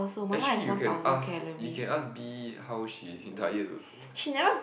actually you can ask you can ask B how she diet also